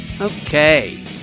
Okay